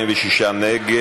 מי נגד?